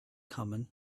common